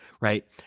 right